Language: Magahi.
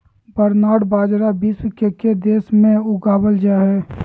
बरनार्ड बाजरा विश्व के के देश में उगावल जा हइ